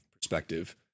perspective